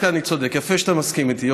צודק, עד כאן אני צודק, יפה שאתה מסכים איתי.